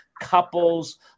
couples